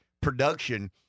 production